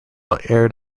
aired